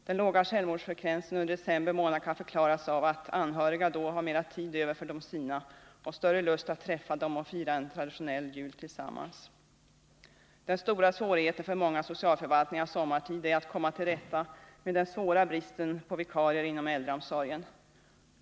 Den låga självmordsfrekvensen under december månad kan förklaras av att anhöriga då har mera tid över för de sina och större lust att träffa dem och fira en traditionell jul tillsammans med dem. Den stora svårigheten för många socialförvaltningar sommartid är att komma till rätta med den svåra bristen på vikarier inom äldreomsorgen.